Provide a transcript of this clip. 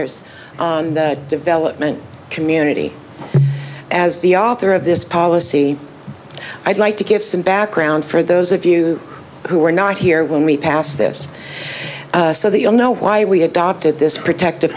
s development community as the author of this policy i'd like to give some background for those of you who are not here when we pass this so that you'll know why we adopted this protective